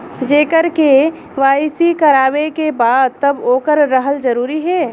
जेकर के.वाइ.सी करवाएं के बा तब ओकर रहल जरूरी हे?